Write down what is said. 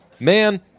Man